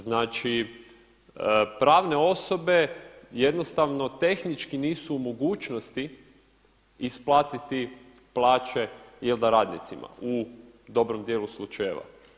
Znači pravne osobe jednostavno tehnički nisu u mogućnosti isplatiti plaće … radnicima u dobrom dijelu slučajeva.